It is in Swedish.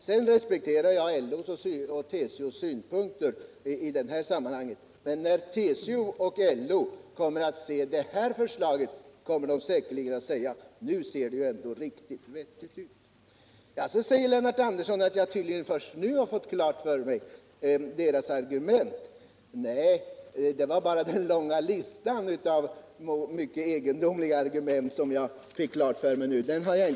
Sedan respekterar jag LO:s och TCO:s synpunkter i det här sammanhanget, men jag tror att när man i de organisationerna får se det här förslaget, kommer man säkerligen att säga: Nu ser det ändå riktigt vettigt ut! Lennart Andersson sade också att jag tydligen först nu har fått klart för mig vilka deras argument är. Nej, det var bara den långa listan av mycket egendomliga argument som jag fick klar för mig först nu.